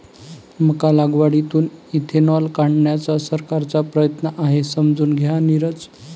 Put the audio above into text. मका लागवडीतून इथेनॉल काढण्याचा सरकारचा प्रयत्न आहे, समजून घ्या नीरज